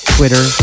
Twitter